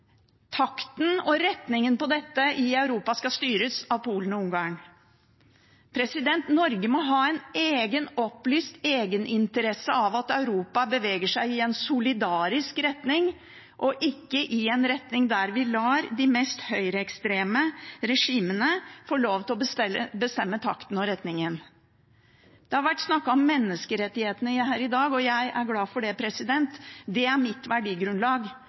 takten og retningen på dette i Europa skal styres av Polen og Ungarn. Norge må ha en opplyst egeninteresse av at Europa beveger seg i en solidarisk retning og ikke i en retning der vi lar de mest høyreekstreme regimene få lov til å bestemme takten og retningen. Det har vært snakket om menneskerettighetene her i dag, og jeg er glad for det. Det er mitt verdigrunnlag.